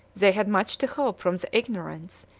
they had much to hope from the ignorance,